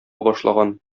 башлаган